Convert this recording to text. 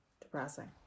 depressing